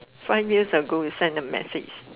five years ago you send a message